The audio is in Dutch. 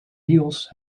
niels